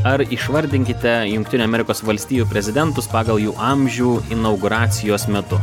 ar išvardinkite jungtinių amerikos valstijų prezidentus pagal jų amžių inauguracijos metu